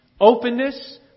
openness